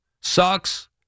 Sucks